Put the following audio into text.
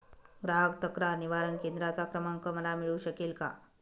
ग्राहक तक्रार निवारण केंद्राचा क्रमांक मला मिळू शकेल का?